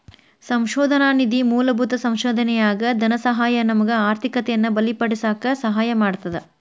ಸಂಶೋಧನಾ ನಿಧಿ ಮೂಲಭೂತ ಸಂಶೋಧನೆಯಾಗ ಧನಸಹಾಯ ನಮಗ ಆರ್ಥಿಕತೆಯನ್ನ ಬಲಪಡಿಸಕ ಸಹಾಯ ಮಾಡ್ತದ